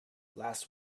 last